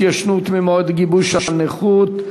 התיישנות ממועד גיבוש הנכות),